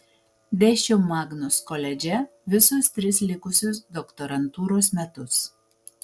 dėsčiau magnus koledže visus tris likusius doktorantūros metus